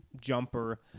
jumper